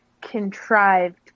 contrived